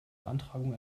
beantragung